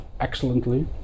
excellently